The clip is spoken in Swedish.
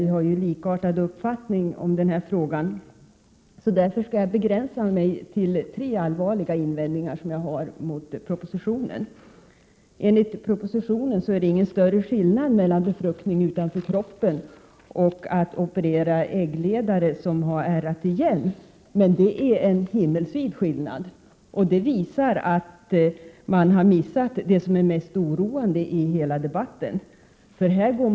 Vi har likartade uppfattningar i denna fråga, och därför skall jag begränsa mig till tre allvarliga invändningar som jag har mot propositionen. För det första: I propositionen hävdar man att det är ingen större skillnad mellan befruktning utanför kroppen och att operera äggledare som har ärrat — Prot. 1987/88:136 igen. Men det är en himmelsvid skillnad! Detta visar att man har missat det 8 juni 1988 som är mest oroande i hela debatten.